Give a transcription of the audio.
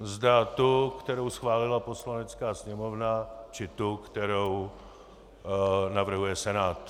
Zda tu, kterou schválila Poslanecká sněmovna, či tu, kterou navrhuje Senát.